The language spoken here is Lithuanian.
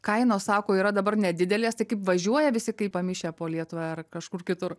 kainos sako yra dabar nedidelės tai kaip važiuoja visi kaip pamišę po lietuvą ar kažkur kitur